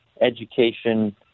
education